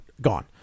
Gone